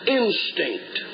instinct